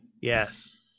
Yes